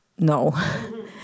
No